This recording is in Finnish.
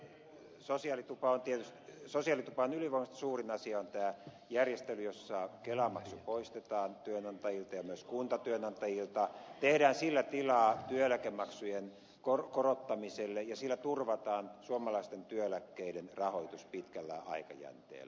tämän sosiaalitupon ylivoimaisesti suurin asia on tämä järjestely jossa kelamaksu poistetaan työnantajilta ja myös kuntatyönantajilta tehdään sillä tilaa työeläkemaksujen korottamiselle ja sillä turvataan suomalaisten työeläkkeiden rahoitus pitkällä aikajänteellä